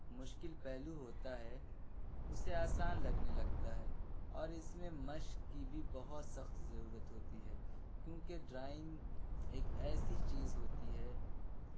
مشکل پہلو ہوتا ہے اُسے آسان لگنے لگتا ہے اور اِس میں مشق کی بھی بہت سخت ضرورت ہوتی ہے کیوں کہ ڈرائنگ ایک ایسی چیز ہوتی ہے